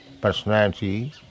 Personality